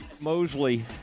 Mosley